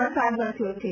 વરસાદ વરસ્યો છે